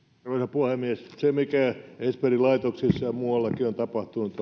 puhemies se mikä esperin laitoksissa ja muuallakin on tapahtunut